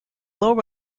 low